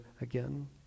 again